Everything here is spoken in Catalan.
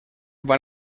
van